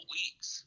weeks